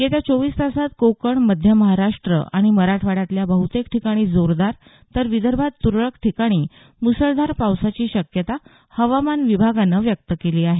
येत्या चोवीस तासात कोकण मध्य महाराष्ट आणि मराठवाड्यातल्या बहुतेक ठिकाणी जोरदार तर विदर्भात तुरळक ठिकाणी मुसळधार पावसाची शक्यता हवामान विभागानं व्यक्त केली आहे